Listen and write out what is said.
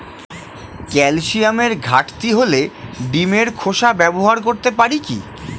ক্যালসিয়ামের ঘাটতি হলে ডিমের খোসা ব্যবহার করতে পারি কি?